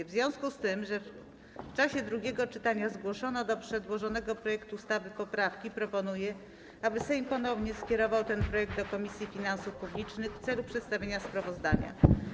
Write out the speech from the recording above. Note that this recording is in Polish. W związku z tym, że w czasie drugiego czytania zgłoszono do przedłożonego projektu ustawy poprawki, proponuję, aby Sejm ponownie skierował ten projekt do Komisji Finansów Publicznych w celu przedstawienia sprawozdania.